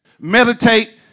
meditate